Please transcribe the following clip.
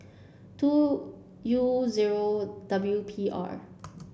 two U zero W P R